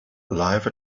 life